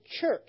church